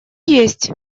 есть